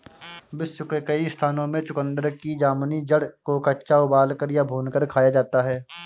विश्व के कई स्थानों में चुकंदर की जामुनी जड़ को कच्चा उबालकर या भूनकर खाया जाता है